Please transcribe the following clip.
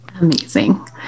Amazing